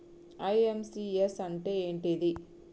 IMPS అంటే ఏంటిది?